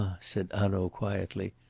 said hanaud quietly.